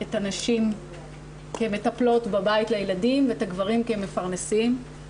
את הנשים כמטפלות בבית לילדים ואת הגברים כמפרנסים,